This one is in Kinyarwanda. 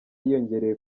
yiyongereye